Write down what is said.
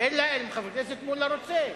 אלא אם כן חבר הכנסת מולה רוצה.